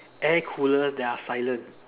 air coolers that are silent